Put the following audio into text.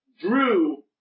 drew